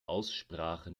aussprache